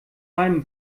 meinem